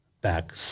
back